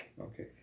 Okay